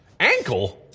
ankle?